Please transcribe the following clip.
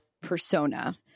persona